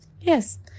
Yes